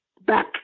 back